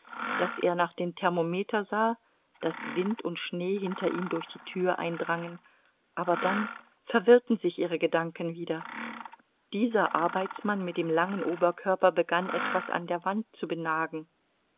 daß er nach dem thermometer sah daß wind und schnee hinter ihm durch die tür eindrangen aber dann verwirrten sich ihre gedanken wieder dieser arbeitsmann mit dem langen oberkörper begann etwas an der wand zu benagen